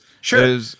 Sure